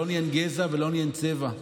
לעוני אין גזע ולעוני אין צבע,